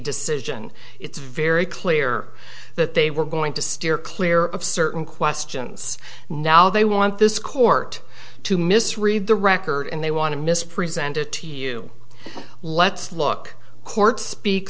decision it's very clear that they were going to steer clear of certain questions now they want this court to misread the record and they want to miss present it to you let's look court speak